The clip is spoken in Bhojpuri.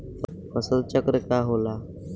फसल चक्र का होला?